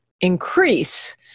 increase